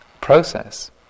process